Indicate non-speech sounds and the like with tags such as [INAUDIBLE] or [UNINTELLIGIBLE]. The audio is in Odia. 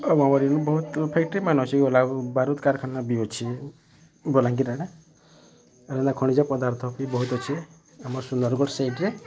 ଆମର୍ ଇନୁ [UNINTELLIGIBLE] ବାରୁଦ୍ କାରଖାନା ବି ଅଛି ବଲାଙ୍ଗିର୍ ଆଡ଼େ ଆର୍ ଏନ୍ତା ଖଣିଜ ପଦାର୍ଥ ବହୁତ୍ ଅଛି ଆମର୍ ସୁନ୍ଦରଗଡ଼ ସାଇଟ୍ରେ